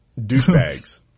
Douchebags